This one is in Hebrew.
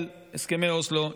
על הסכמי אוסלו,